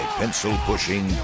pencil-pushing